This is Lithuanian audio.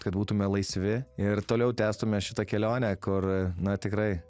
kad būtume laisvi ir toliau tęstume šitą kelionę kur na tikrai